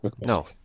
no